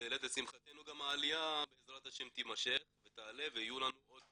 גדלה ולשמחתנו העלייה בעזרת השם תימשך ותעלה ויהיו לנו עוד